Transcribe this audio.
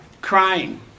crying